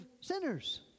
sinners